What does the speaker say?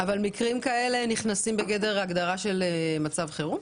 אבל מקרים כאלה נכנסים בגדר הגדרה של מצב חירום?